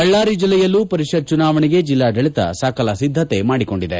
ಬಳ್ಳಾರಿ ಜಿಲ್ಲೆಯಲ್ಲೂ ಪರಿಷತ್ ಚುನಾವಣೆಗೆ ಜಿಲ್ಲಾಡಳಿತ ಸಕಲ ಸಿದ್ದತೆ ಮಾಡಿಕೊಂಡಿದೆ